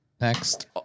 Next